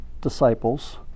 disciples